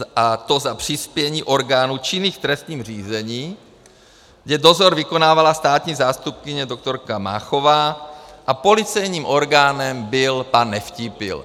A to za přispění orgánů činných v trestním řízení, kde dozor vykonávala státní zástupkyně doktorka Máchová a policejním orgánem byl pan Nevtípil.